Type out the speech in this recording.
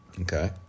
Okay